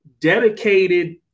dedicated